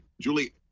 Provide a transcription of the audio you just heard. Julie